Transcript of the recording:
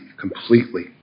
completely